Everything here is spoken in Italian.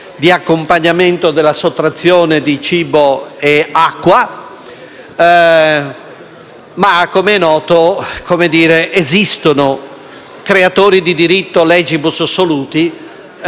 ma com'è noto esistono creatori di diritto *legibus soluti* che in quel tempo decisero di agire in questo modo.